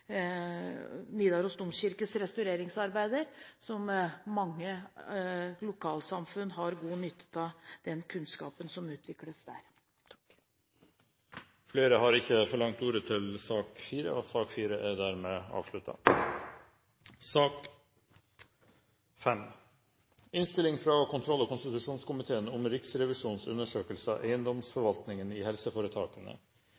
Nidaros Domkirkes Restaureringsarbeider, og mange lokalsamfunn har god nytte av den kunnskapen som utvikles der. Flere har ikke bedt om ordet til sak nr. 4. At bygg i helseføretaka er